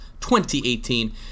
2018